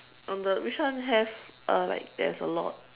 on the which one have uh like there's a lot